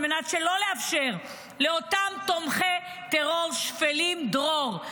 על מנת שלא לאפשר לאותם תומכי טרור שפלים דרור.